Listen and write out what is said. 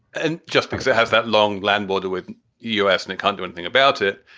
and just because it has that long land border with us and it can't do anything about it.